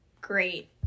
great